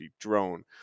drone